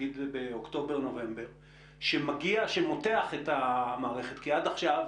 נגיד באוקטובר-נובמבר - שמותח את המערכת כי עד עכשיו,